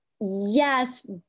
yes